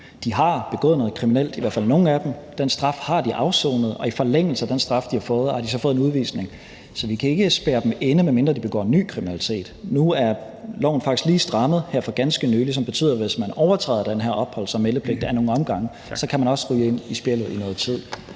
de har begået noget kriminelt, i hvert fald nogle af dem, den straf har de afsonet, og i forlængelse af den straf, de har fået, har de så fået en udvisningsdom. Så vi kan ikke spærre dem inde, medmindre de begår ny kriminalitet. Nu er loven faktisk lige strammet her for ganske nylig, som betyder, at hvis man overtræder den her opholds- og meldepligt ad nogle omgange, kan man også ryge ind i spjældet i noget tid.